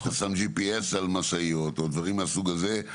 אתה שם GPS על משאיות או דברים מן הסוג הזה.